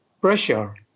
pressure